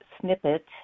snippet